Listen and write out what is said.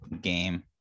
game